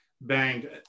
banged